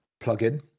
plugin